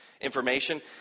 information